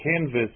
canvas